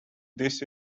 this